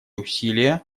усилия